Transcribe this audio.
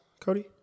Cody